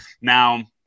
Now